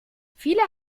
viele